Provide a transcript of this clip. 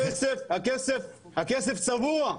הכסף צבוע.